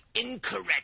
Incorrect